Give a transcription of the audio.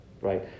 right